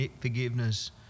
forgiveness